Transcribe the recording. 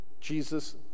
Jesus